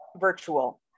virtual